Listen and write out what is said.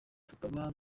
tukaba